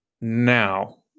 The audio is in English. Now